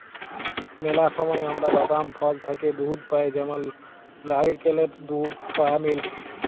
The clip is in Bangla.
ম্যালা সময় আমরা বাদাম, ফল থ্যাইকে দুহুদ পাই যেমল লাইড়কেলের দুহুদ, সয়া মিল্ক